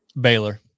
Baylor